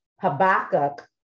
Habakkuk